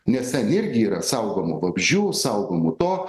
nes ten irgi yra saugomų vabzdžių saugumų to